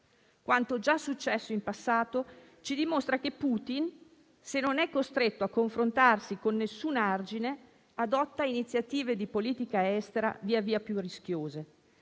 Quanto già successo in passato ci dimostra che Putin, se non è costretto a confrontarsi con degli argini, adotta iniziative di politica estera via via più rischiose.